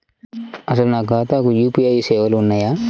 అసలు నా ఖాతాకు యూ.పీ.ఐ సేవలు ఉన్నాయా?